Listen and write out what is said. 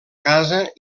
casa